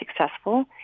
successful